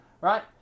Right